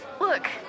Look